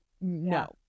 no